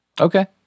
okay